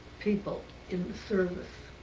people in the service.